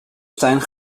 stijn